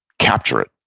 capture it.